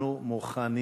אנחנו מוכנים